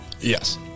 Yes